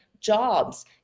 jobs